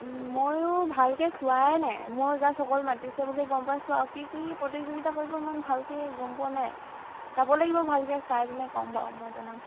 ময়ো ভালকৈ চোৱাই নাই মোৰ জাষ্ট অকল মাতিছে বুলি গম পাইছোঁ আৰু কি কি প্ৰতিযোগিতা কৰিব মই ভালকৈ গম পোৱা নাই চাব লাগিব ভালকৈ চাই পিনে ক'ম বাৰু মই জনাম